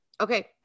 Okay